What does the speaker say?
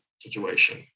situation